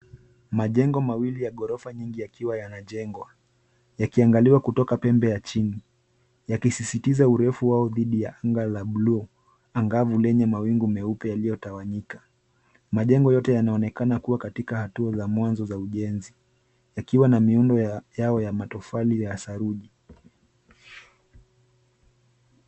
Majengo mawili ya ghorofa nyingi yakiwa yanajengwa yakiangaliwa kutoka pembe ya chini yakisisitiza urefu wao dhidi ya anga la blue angavu lenye mawingu meupe yaliyotawanyika. Majengo yote yanaonekana kuwa katika hatua za mwanzo za ujenzi yakiwa na miundo yao ya matofali ya saruji.